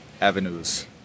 avenues